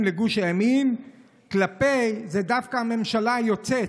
לגוש הימין זה דווקא הממשלה היוצאת,